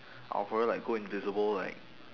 I'll probably like go invisible like